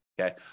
Okay